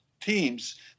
teams